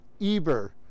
Eber